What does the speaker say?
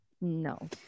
No